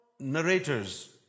Narrators